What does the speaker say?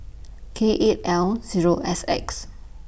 K eight L Zero S X